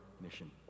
mission